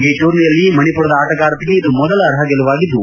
ಈ ಟೂರ್ನಿಯಲ್ಲಿ ಮಣಿಪುರದ ಆಟಗಾರ್ತಿಗೆ ಮೊದಲ ಅರ್ಹ ಗೆಲುವಾಗಿದ್ದು